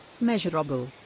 measurable